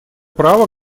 право